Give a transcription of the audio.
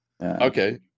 Okay